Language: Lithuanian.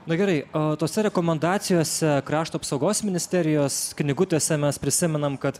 nu gerai tose rekomendacijose krašto apsaugos ministerijos knygutėse mes prisimenam kad